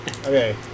Okay